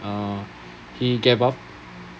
uh he gave up